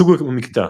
סוג המקטע